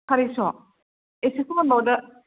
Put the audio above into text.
सारिस' एसे खमायबावदो